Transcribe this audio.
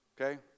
Okay